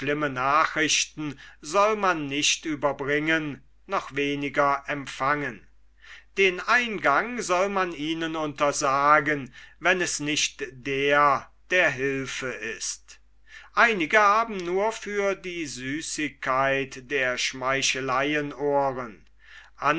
nachrichten soll man nicht überbringen noch weniger empfangen den eingang soll man ihnen untersagen wenn es nicht der der hülfe ist einige haben nur für die süßigkeit der schmeicheleien ohren